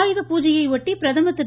ஆயுதபூஜையொட்டி பிரதமர் திரு